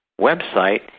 website